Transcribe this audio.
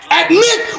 admit